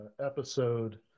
episode